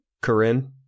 Corinne